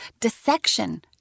dissection